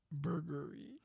Burgery